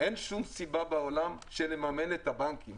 אין שום סיבה בעולם לממן את הבנקים.